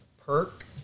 perk